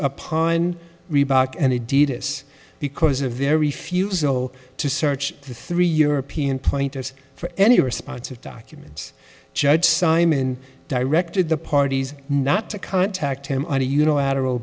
upon reebok and adidas because a very few still to search the three european pointers for any response of documents judge simon directed the parties not to contact him on a unilateral